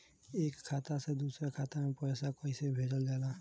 एक खाता से दूसरा खाता में पैसा कइसे भेजल जाला?